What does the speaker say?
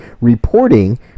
reporting